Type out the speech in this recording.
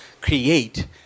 create